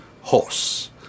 horse